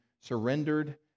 surrendered